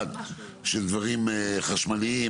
במיוחד של דברים חשמליים,